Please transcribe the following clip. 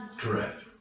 Correct